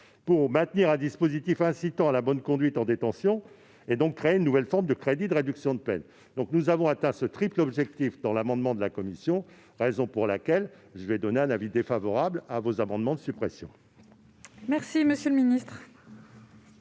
pour maintenir un dispositif incitant à la bonne conduite en détention, et donc créer une nouvelle forme de crédits de réduction de peine. Nous avons atteint ce triple objectif dans l'amendement de la commission, raison pour laquelle je donnerai un avis défavorable aux amendements de suppression. Quel est l'avis